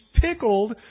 pickled